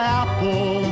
apple